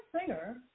singer